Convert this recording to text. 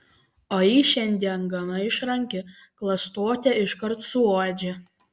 o ji šiandien gana išranki klastotę iškart suuodžia